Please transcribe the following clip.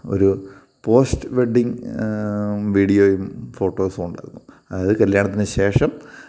ഒരു post wedding വീഡിയോയും ഫോട്ടോസും ഉണ്ടായിരുന്നു അത് കല്യാണത്തിന് ശേഷം